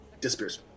disappears